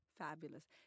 Fabulous